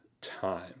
time